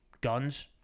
guns